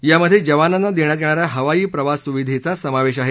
यामधे जवानांना देण्यात येणा या हवाई प्रवास सुविधेचा समावेश आहे